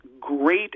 great